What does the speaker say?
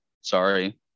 sorry